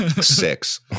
six